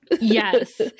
Yes